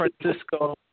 Francisco